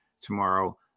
tomorrow